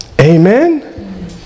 Amen